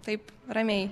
taip ramiai